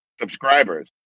subscribers